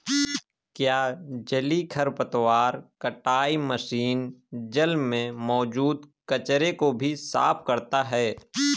क्या जलीय खरपतवार कटाई मशीन जल में मौजूद कचरे को भी साफ करता है?